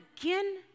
again